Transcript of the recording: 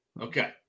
Okay